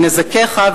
מנזקיך,